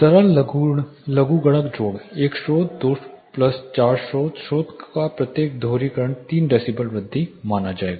सरल लघुगणक जोड़ एक स्रोत दो स्रोत प्लस 4 स्रोत स्रोत का प्रत्येक दोहरीकरण 3 डेसिबल वृद्धि माना जाएगा